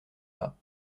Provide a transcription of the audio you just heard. pas